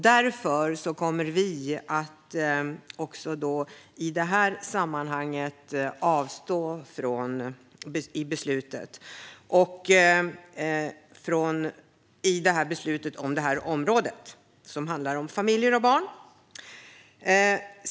Därför kommer vi att avstå från att rösta också om beslutet på det här området som handlar om familjer och barn.